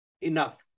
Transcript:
enough